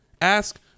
Ask